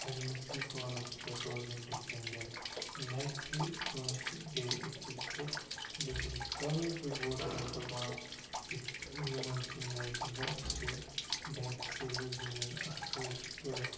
پنٛنِسٕے پانس پٮ۪ٹھ روزٕنۍ ڈِپٮ۪نٛڈٮ۪نٹ نَہ کہِ کٲنٛسہِ بیٚیہِ أکِس پٮ۪ٹھ ڈِپٮ۪نٛڈ تَوَے چھُ گورمٮ۪نٛٹ دَپان تُہۍ یِمن کَمہِ آے دِمو أسۍ یہِ بٮ۪نٛک سٔروِس زَنٮ۪ن آسٲیِش پٲٹھۍ